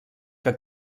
que